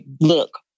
look